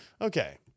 Okay